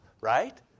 right